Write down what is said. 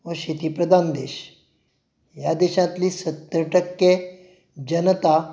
हो शेतीप्रदान देश ह्या देशांतली सत्तर टक्के जनता